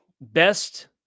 best